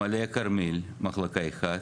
מעלה הכרמל מחלקה אחת,